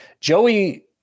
Joey